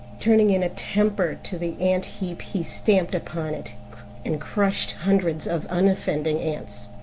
turning in a temper to the ant-heap he stamped upon it and crushed hundreds of unoffending ants.